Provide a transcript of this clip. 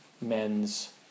men's